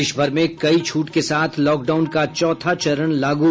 देश भर में कई छूट के साथ लॉकडाउन का चौथा चरण लागू